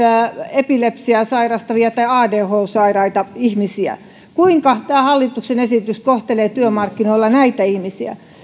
epilepsiaa sairastavia tai adhd sairaita ihmisiä kuinka tämä hallituksen esitys kohtelee työmarkkinoilla näitä ihmisiä